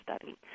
study